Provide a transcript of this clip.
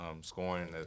scoring